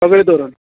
सगळें धरून